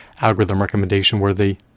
algorithm-recommendation-worthy